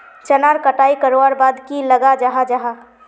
चनार कटाई करवार बाद की लगा जाहा जाहा?